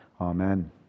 Amen